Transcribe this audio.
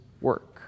work